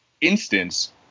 instance